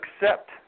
accept